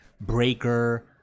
breaker